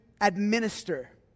administer